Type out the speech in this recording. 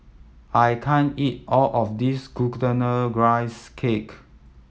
I can't eat all of this Glutinous Rice Cake